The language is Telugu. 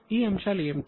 ఈ అంశాలు ఏమిటి